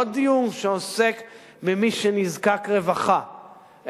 לא דיור שעוסק במי שנזקק רווחה,